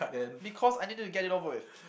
because I need to get it over with